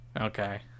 Okay